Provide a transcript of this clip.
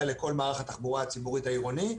לכל מערך התחבורה הציבורית העירוני.